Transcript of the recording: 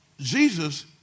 Jesus